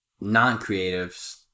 non-creatives